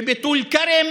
ובטול כרם